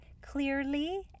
clearly